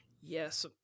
yes